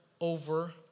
over